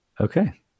Okay